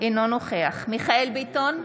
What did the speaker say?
אינו נוכח מיכאל מרדכי ביטון,